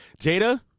Jada